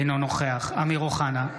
אינו נוכח אמיר אוחנה,